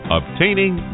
obtaining